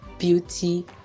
beauty